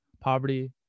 poverty